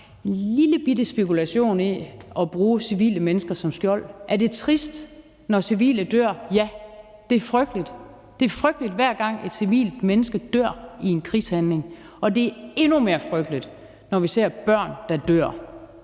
en lillebitte spekulation i at bruge civile som skjold? Er det trist, når civile dør? Ja, det er frygteligt. Det er frygteligt, hver gang et menneske, en civil, dør i en krigshandling, og det er endnu mere frygteligt, når vi ser børn, der dør.